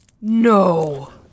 No